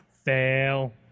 fail